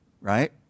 Right